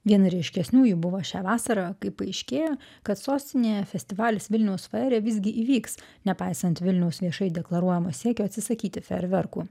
viena ryškesnių jų buvo šią vasarą kai paaiškėjo kad sostinėje festivalis vilniaus faerija visgi įvyks nepaisant vilniaus viešai deklaruojamo siekio atsisakyti ferverkų